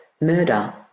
murder